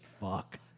fuck